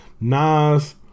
Nas